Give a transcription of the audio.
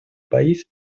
país